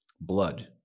Blood